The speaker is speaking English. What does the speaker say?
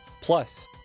plus